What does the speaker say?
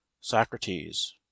socrates